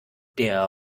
der